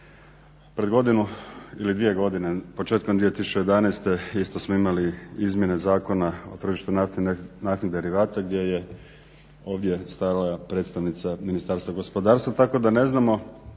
Pred godinu ili dvije godine, početkom 2011. isto smo imali izmjene Zakona o tržištu naftnih derivata gdje je ovdje stajala predstavnica Ministarstva gospodarstva, tako da ne znamo